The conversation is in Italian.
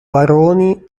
baroni